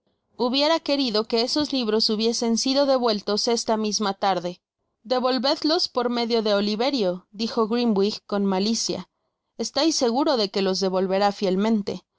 hubiera que rido que esos libros hubiesen sido devueltos esta misma tarde devolvedlos por medio de oliverio dijo grimwig con malicia estais seguro que los devolverá fielmente